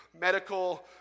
Medical